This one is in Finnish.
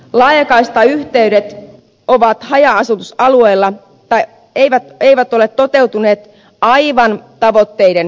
laajakaistayhteydet haja asutusalueilla eivät ole toteutuneet aivan tavoitteiden mukaisesti